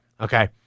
okay